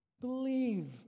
Believe